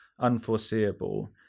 unforeseeable